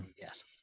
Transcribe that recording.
Yes